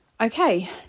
Okay